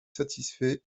satisfait